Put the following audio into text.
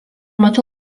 metu